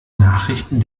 nachrichten